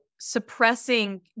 suppressing